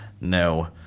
no